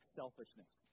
selfishness